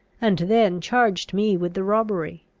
and then charged me with the robbery.